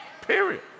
Period